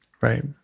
right